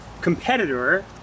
competitor